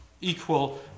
equal